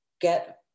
get